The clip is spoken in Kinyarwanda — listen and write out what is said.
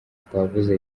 twavuze